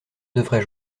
devrais